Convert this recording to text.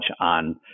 on